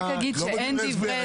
לא בדברי ההסבר.